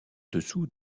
dessous